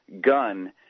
gun